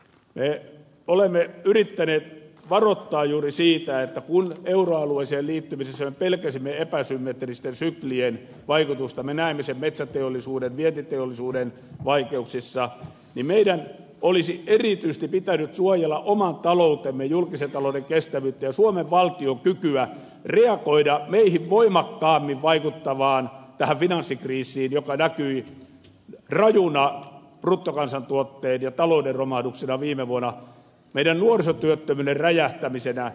me olemme yrittäneet varoittaa juuri siitä että kun euroalueeseen liittymisessä me pelkäsimme epäsymmetristen syklien vaikutusta me näemme sen metsäteollisuuden vientiteollisuuden vaikeuksissa niin meidän olisi erityisesti pitänyt suojella oman taloutemme julkisen talouden kestävyyttä ja suomen valtion kykyä reagoida meihin voimakkaammin vaikuttavaan finanssikriisiin joka näkyi rajuna bruttokansantuotteen ja talouden romahduksena viime vuonna meidän nuorisotyöttömyyden räjähtämisenä